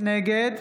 נגד